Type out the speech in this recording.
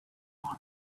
want